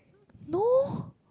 no